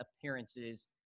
appearances